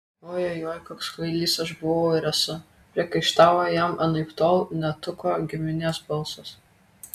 oi oi oi koks kvailys aš buvau ir esu priekaištavo jam anaiptol ne tuko giminės balsas